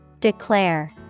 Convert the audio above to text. Declare